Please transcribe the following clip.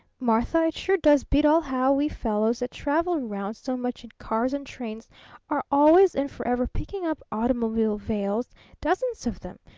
martha, it sure does beat all how we fellows that travel round so much in cars and trains are always and forever picking up automobile veils dozens of them,